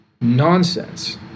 nonsense